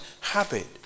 habit